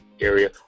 area